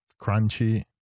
crunchy